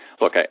look